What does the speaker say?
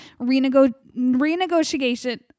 renegotiation